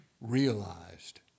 realized